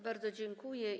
Bardzo dziękuję.